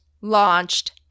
launched